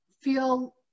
feel